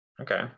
Okay